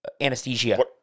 anesthesia